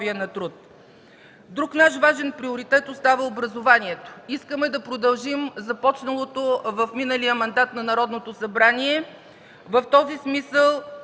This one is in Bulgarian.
Друг наш важен приоритет остава образованието. Искаме да продължим започнатото в миналия мандат на Народното събрание. В този смисъл,